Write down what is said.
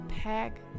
Pack